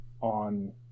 on